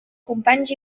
companys